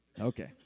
Okay